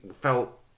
felt